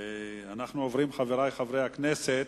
חברי חברי הכנסת,